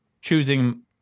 choosing